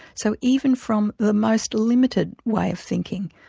so even from the most limited way of thinking,